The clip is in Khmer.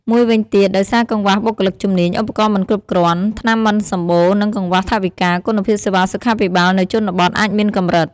មួយវិញទៀត ដោយសារកង្វះបុគ្គលិកជំនាញ ឧបករណ៍មិនគ្រប់គ្រាន់ ថ្នាំមិនសម្បូរ និងកង្វះថវិកា គុណភាពសេវាសុខាភិបាលនៅជនបទ អាចមានកម្រិត។